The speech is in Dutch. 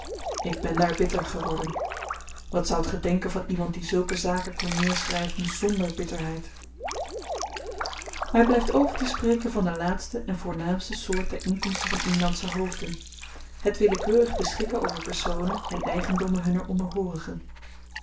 ik ben daar bitter geworden wat zoudt ge denken van iemand die zulke zaken kon neerschryven zonder bitterheid my blyft over te spreken van de laatste en voornaamste soort der inkomsten van inlandsche hoofden het willekeurig beschikken over personen en eigendommen hunner